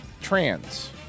trans